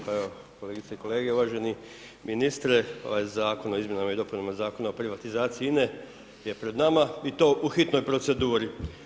Pa evo kolegice i kolege, uvaženi ministre ovaj Zakon o izmjenama i dopunama Zakona o privatizaciji INA-e je pred nama i to u hitnoj proceduri.